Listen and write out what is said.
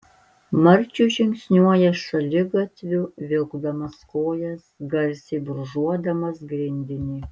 marčius žingsniuoja šaligatviu vilkdamas kojas garsiai brūžuodamas grindinį